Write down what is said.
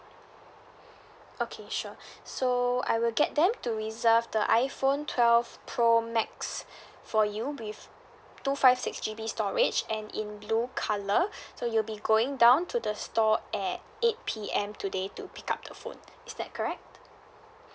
okay sure so I will get them to reserve the iphone twelve pro max for you with two five six G_B storage and in blue colour so you'll be going down to the store at eight P_M today to pick up the phone is that correct